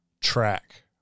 track